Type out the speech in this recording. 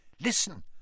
Listen